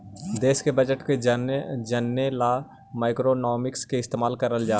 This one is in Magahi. देश के बजट को जने ला मैक्रोइकॉनॉमिक्स का इस्तेमाल करल हई